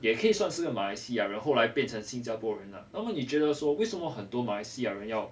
也可以算是马来西亚人后来变成新加坡人啊那么你觉得说为什么很多马来西亚人要